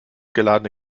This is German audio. geladene